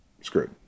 Screwed